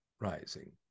rising